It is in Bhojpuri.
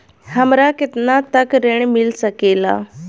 हमरा केतना तक ऋण मिल सके ला?